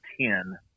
ten